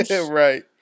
Right